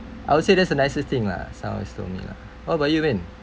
I would say that's the nicest thing lah sound nice to me lah what about you min